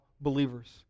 believers